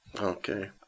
Okay